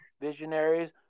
Visionaries